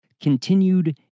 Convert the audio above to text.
continued